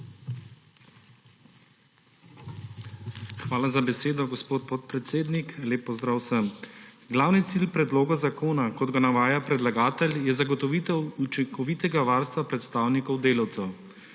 Hvala za besedo, gospod podpredsednik. Lep pozdrav vsem! Glavni cilj predloga zakona, kot ga navaja predlagatelj, je zagotovitev učinkovitega varstva predstavnikov delavcev.